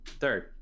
third